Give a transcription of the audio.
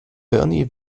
ernie